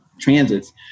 transits